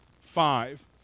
five